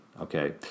Okay